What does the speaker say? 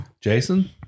Jason